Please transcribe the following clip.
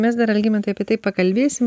mes dar algimantai apie tai pakalbėsim